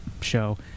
show